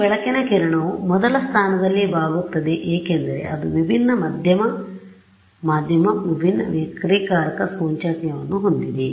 ಈ ಬೆಳಕಿನ ಕಿರಣವು ಮೊದಲ ಸ್ಥಾನದಲ್ಲಿ ಬಾಗುತ್ತದೆ ಏಕೆಂದರೆ ಅದು ವಿಭಿನ್ನ ಮಧ್ಯಮ ವಿಭಿನ್ನ ವಕ್ರೀಕಾರಕ ಸೂಚ್ಯಂಕವನ್ನು ಹೊಂದಿದೆ